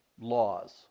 laws